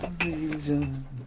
reason